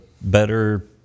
better